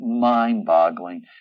mind-boggling